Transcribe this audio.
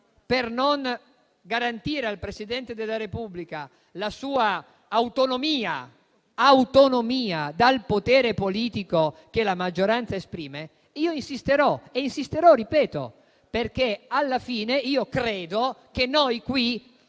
per non garantire al Presidente della Repubblica la sua autonomia dal potere politico che la maggioranza esprime, io insisterò. Insisterò - lo ripeto - perché alla fine credo che noi qui